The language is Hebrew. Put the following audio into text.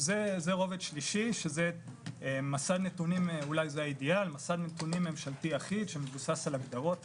זה רובד שלישי שהוא מסד נתונים ממשלתי אחיד שמבוסס על הגדרות